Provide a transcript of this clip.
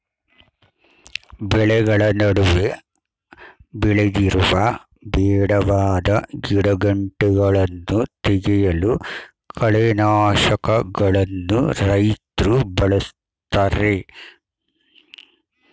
ಬೆಳೆಗಳ ನಡುವೆ ಬೆಳೆದಿರುವ ಬೇಡವಾದ ಗಿಡಗಂಟೆಗಳನ್ನು ತೆಗೆಯಲು ಕಳೆನಾಶಕಗಳನ್ನು ರೈತ್ರು ಬಳ್ಸತ್ತರೆ